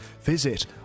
visit